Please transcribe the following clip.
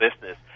business